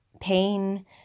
pain